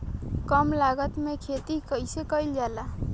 कम लागत में खेती कइसे कइल जाला?